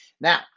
Now